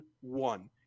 one